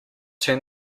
turn